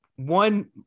one